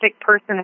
person